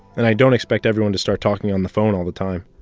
and i don't expect everyone to start talking on the phone all the time.